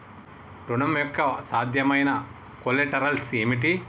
ఋణం యొక్క సాధ్యమైన కొలేటరల్స్ ఏమిటి?